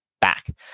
back